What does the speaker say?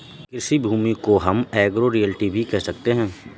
कृषि भूमि को हम एग्रो रियल्टी भी कह सकते है